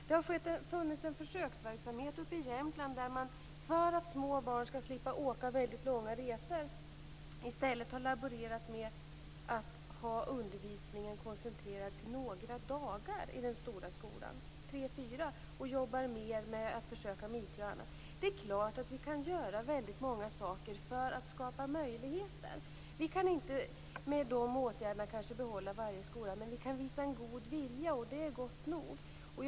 Det har funnits en försöksverksamhet uppe i Jämtland där man för att små barn skall slippa åka väldigt långa resor i stället har laborerat med att ha undervisningen koncentrerad till tre fyra dagar i den stora skolan. Man jobbar också mer med IT och annat. Det är klart att vi kan göra väldigt många saker för att skapa möjligheter. Vi kan kanske inte med de åtgärderna behålla varje skola, men vi kan visa en god vilja, och det är gott nog.